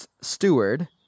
steward